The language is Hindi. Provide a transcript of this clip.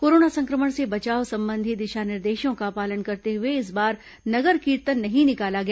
कोरोना संक्रमण से बचाव संबंधी दिशा निर्देशों का पालन करते हुए इस बार नगर कीर्तन नहीं निकाला गया